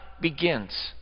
begins